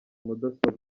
mudasobwa